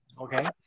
okay